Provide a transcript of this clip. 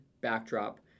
backdrop